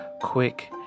Quick